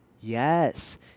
Yes